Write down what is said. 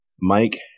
Mike